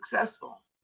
successful